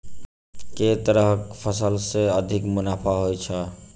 केँ तरहक फसल सऽ अधिक मुनाफा होइ छै?